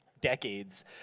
Decades